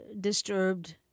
disturbed